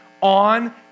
on